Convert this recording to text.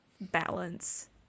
balance